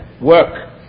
work